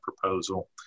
proposal